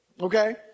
okay